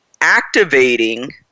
Activating